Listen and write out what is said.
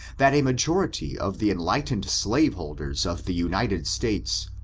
that a majority of the enlightened slaveholders of the united states,